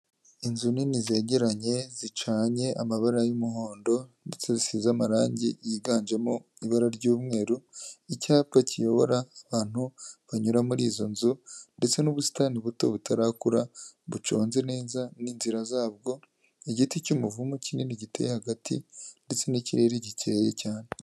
Inzu nini zegeranye, zicanye amabara y'umuhondo ndetse zisize amarangi yiganjemo ibara ry'umweru, icyapa kiyobora abantu banyura muri izo nzu ndetse n'ubusitani buto butarakura buconze neza n'inzira zabwo, igiti cy'umuvumu kinini giteye hagati ndetse n'ikirere gike cyane.